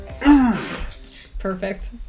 Perfect